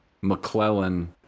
McClellan